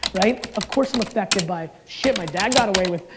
right? of course i'm effected by, shit, my dad got away with.